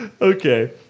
Okay